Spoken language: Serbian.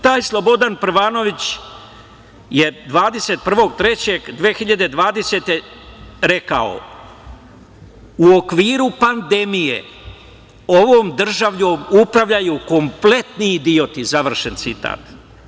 Taj Slobodan Prvanović je 21.3.2020. godine rekao – u okviru pandemije, ovom državom upravljaju kompletni idioti, završen citat.